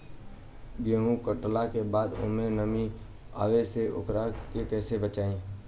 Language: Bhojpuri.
गेंहू कटला के बाद ओमे नमी आवे से ओकरा के कैसे बचाई?